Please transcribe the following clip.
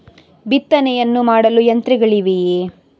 ಬಿತ್ತನೆಯನ್ನು ಮಾಡಲು ಯಂತ್ರಗಳಿವೆಯೇ?